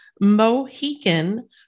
Mohican